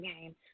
game